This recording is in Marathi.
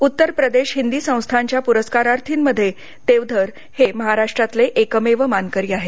उत्तर प्रदेश हिंदी संस्थानच्या पुरस्कारार्थींमध्ये देवधर हे महाराष्ट्रातले एकमेव मानकरी आहेत